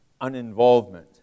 uninvolvement